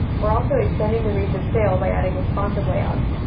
we're also extending the reach of sail by adding responsive layouts.